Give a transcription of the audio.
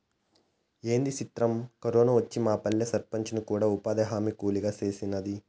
ఏంది సిత్రం, కరోనా వచ్చి మాపల్లె సర్పంచిని కూడా ఉపాధిహామీ కూలీని సేసినాది